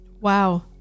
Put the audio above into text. Wow